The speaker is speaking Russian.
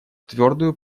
твердую